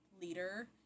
leader